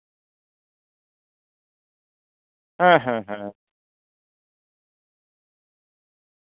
ᱦᱮᱸ ᱦᱮᱸ ᱦᱮᱸ